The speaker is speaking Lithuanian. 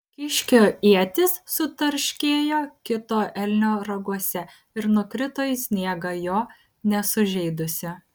kiškio ietis sutarškėjo kito elnio raguose ir nukrito į sniegą jo nesužeidusi